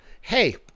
Hey